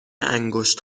انگشت